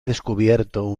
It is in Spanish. descubierto